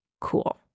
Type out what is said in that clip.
cool